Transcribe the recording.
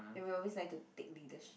then we always like to take leadership